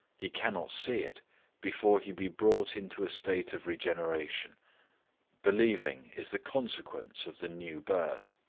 he cannot see it before he be brought into a state of regeneration believing is the consequence of the new birth,